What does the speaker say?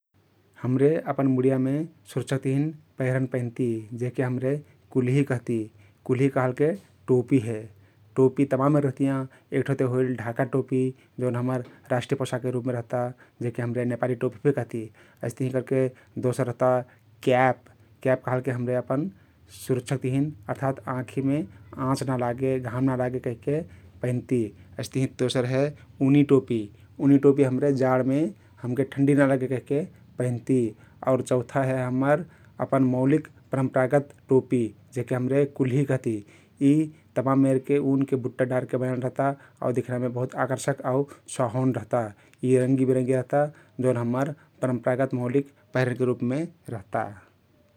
हम्रे अपन मुडियामे सुरक्षाक तहिन पहिरन पैंधती जेहके हम्रे कुल्ही कहती । कुल्ही कहलके टोपी हे । टोपी तमान मेरके रहतियाँ । एक ठो ते होइल ढाका टोपी जउन हम्मर राष्ट्रिय पोषाकके रुपमे रहता जेहके नेपाली टोपी फे कहती । अइस्तहिं करके दोसर रहता क्याप । क्याक कहलके हम्रे अपन सुरक्षाक तहिन अर्थात आँखीमे आँच नलागे, घाम नलागे कहिके पैंधती । अइस्तहिं दोसर हे उनी टोपी । उनी टोपी हम्रे जाडमे हमके ठण्डी नलागे कहिके पैंधती आउर चौथा हे हम्मर अपन मौलिक परम्परागत टोपी जेहके हम्रे कुल्ही कहती । यी तमाम मेरके उनके बुट्टा डारके बनाइल रहता आउ दिखइमे बहुत आकर्षक आउ सुहावन रहता । यी रङ्गिबिरङ्गी रहता जउन हम्मर परम्परागत मौलिक पहिरनके रुपमे रहता ।